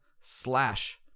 slash